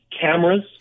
cameras